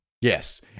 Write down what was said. Yes